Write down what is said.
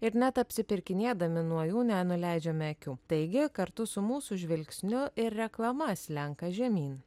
ir net apsipirkinėdami nuo jų nenuleidžiame akių taigi kartu su mūsų žvilgsniu ir reklama slenka žemyn